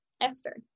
Esther